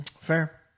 Fair